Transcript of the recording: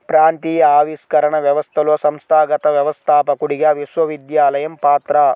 ప్రాంతీయ ఆవిష్కరణ వ్యవస్థలో సంస్థాగత వ్యవస్థాపకుడిగా విశ్వవిద్యాలయం పాత్ర